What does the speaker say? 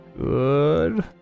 good